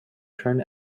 turn